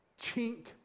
chink